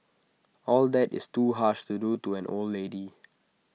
all that is too harsh to do to an old lady